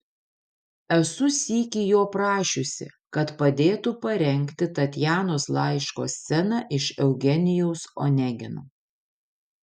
esu sykį jo prašiusi kad padėtų parengti tatjanos laiško sceną iš eugenijaus onegino